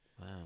Wow